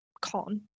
con